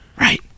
Right